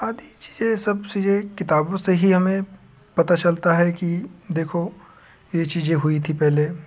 आदि चीजें ये सब चीजें किताबों से ही हमें पता चलता है कि देखो ये चीजें हुई थी पहले